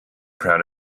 proud